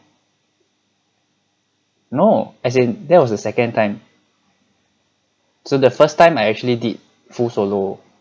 no as in that was the second time so the first time I actually did full solo